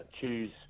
choose